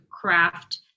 craft